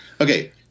Okay